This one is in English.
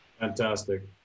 Fantastic